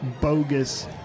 bogus